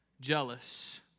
jealous